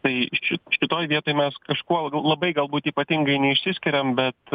tai šit šitoj vietoj mes kažkuo labai galbūt ypatingai neišsiskiriam bet